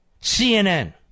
CNN